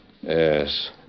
Yes